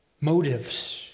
Motives